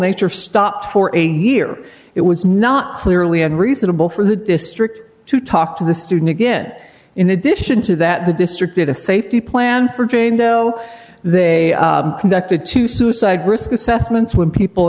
nature stop for a year it was not clearly had reasonable for the district to talk to the student again in addition to that the district did a safety plan for jane doe they conducted two suicide risk assessments when people